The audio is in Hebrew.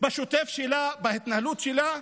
בשוטף שלה,